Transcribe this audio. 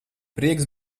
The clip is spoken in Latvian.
prieks